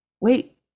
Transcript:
wait